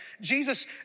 Jesus